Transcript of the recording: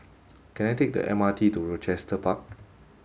can I take the M R T to Rochester Park